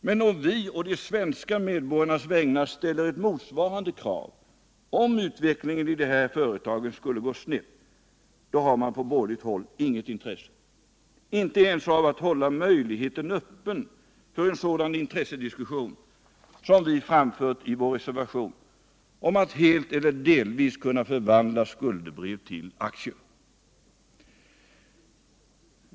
Men om vi å de svenska medborgarnas vägnar ställer motsvarande krav, om utvecklingen i de här företagen skulle gå snett, då har man på borgerligt håll inget intresse, inte ens av att hålla möjligheten öppen för en sådan intressediskussion som den vi fört i vår reservation och som går ut på att helt eller delvis kunna förvandla skuldebrev till aktier.